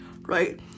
Right